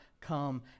come